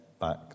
back